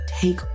take